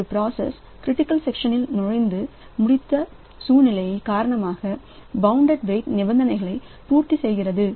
ஒரு process critical section முடித்த சூழ்நிலை காரணமாக பவுண்டட் வெயிட் நிபந்தனைகளை பூர்த்தி செய்கிறது